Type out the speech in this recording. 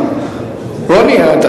מה הוא קיבל מקדימה.